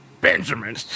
Benjamin